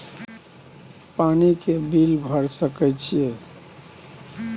पानी के बिल भर सके छियै?